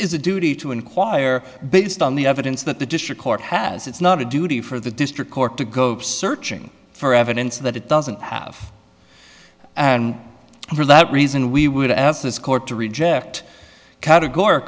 is a duty to inquire based on the evidence that the district court has it's not a duty for the district court to go searching for evidence that it doesn't have and for that reason we would ask this court to reject categor